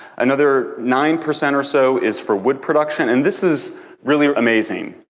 another nine percent or so is for wood production. and this is really amazing,